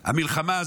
המלחמה הזאת,